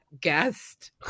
guest